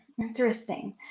Interesting